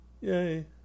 Yay